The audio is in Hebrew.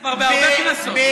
אתה כבר בהרבה כנסות.